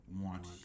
want